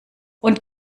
und